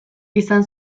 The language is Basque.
izan